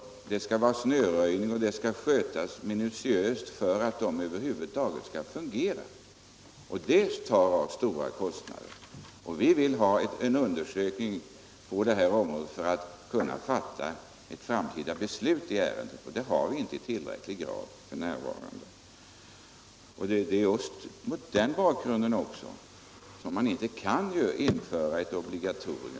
Man skall ha snöröjning, och banan skall skötas minutiöst för att över huvud taget fungera. Det medför stora kostnader. Vi vill ha en undersökning på detta område för att kunna fatta ett framtida beslut i ärendet, och vi har inte tillräckligt underlag f. n. Det är bl.a. mot den bakgrunden vi inte kan tillstyrka ett obligatorium.